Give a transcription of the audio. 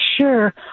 sure